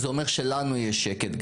זה אומר שלנו יש שקט.